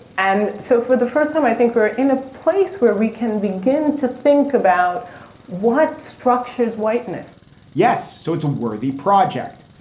and so for the first time, i think we're in a place where we can begin to think about what structure's whiteness yes. so it's a worthy project.